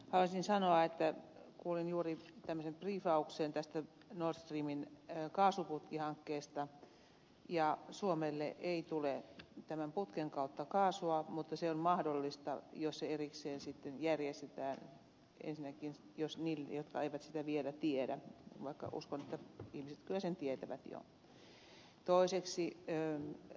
haluaisin sanoa että kuulin juuri tämmöisen briiffauksen tästä nord streamin kaasuputkihankkeesta ja suomelle ei tule tämän putken kautta kaasua mutta se on mahdollista jos se erikseen sitten järjestetään ensinnäkin tämä tiedoksi niille jotka eivät sitä vielä tiedä vaikka uskon että ihmiset kyllä sen tietävät jo